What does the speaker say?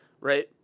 right